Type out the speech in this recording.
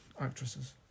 actresses